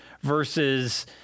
versus